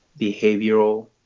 behavioral